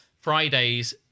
Fridays